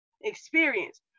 experience